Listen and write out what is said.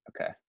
Okay